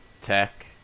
tech